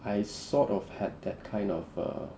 I sort of had that kind of err